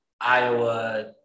Iowa